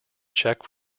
czech